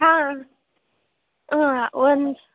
ಹಾಂ ಒಂದು